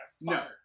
No